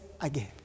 again